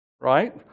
right